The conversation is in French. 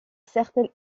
certaines